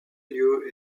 lieu